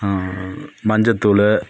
மஞ்சத்தூள்